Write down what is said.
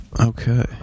Okay